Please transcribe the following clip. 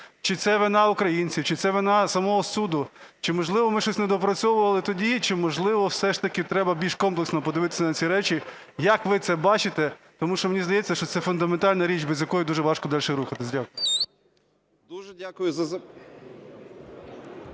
Чи це вина українців, чи це вина самого суду? Чи, можливо, ми щось недоопрацьовували тоді, чи, можливо, все ж таки треба більш комплексно подивитися на ці речі? Як ви це бачите? Тому що мені здається, що це фундаментальна річ, без якої дуже важко далі рухатись. Дякую.